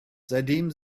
seitdem